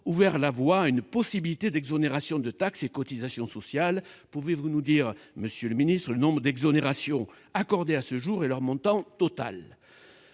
ouvert la voie à une possibilité d'exonérations de taxes et cotisations sociales. Pouvez-vous nous dire, monsieur le secrétaire d'État, le nombre d'exonérations accordées à ce jour et leur montant total ?